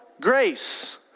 grace